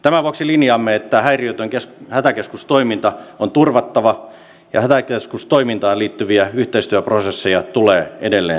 tämän vuoksi linjaamme että häiriötön hätäkeskustoiminta on turvattava ja hätäkeskustoimintaan liittyviä yhteistyöprosesseja tulee edelleen kehittää